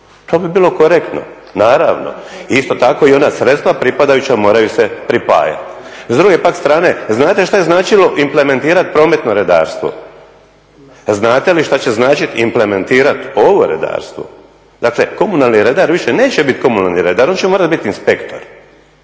To bi bilo korektno. Naravno, isto tako i ona sredstva pripadajuća moraju se pripajati. S druge pak strane znate šta je značilo implementirati prometno redarstvo? Znate li šta će značiti implementirati ovo redarstvo? Dakle, komunalni redar više neće biti komunalni redar. On će morati biti inspektor.